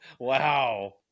Wow